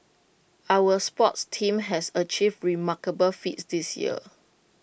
our sports teams has achieved remarkable feats this year